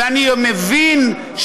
ואני מבין,